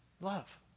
Love